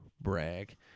brag